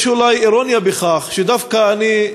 יש אולי אירוניה בכך שדווקא אני,